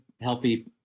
healthy